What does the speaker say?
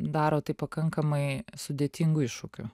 daro tai pakankamai sudėtingu iššūkiu